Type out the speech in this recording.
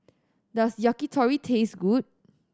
does Yakitori taste good